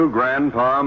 Grandpa